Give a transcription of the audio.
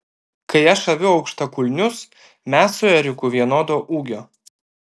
kai aš aviu aukštakulnius mes su eriku vienodo ūgio